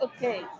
Okay